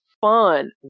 fun